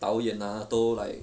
导演 ah 都 like